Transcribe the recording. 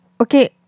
Okay